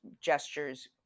gestures